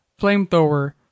flamethrower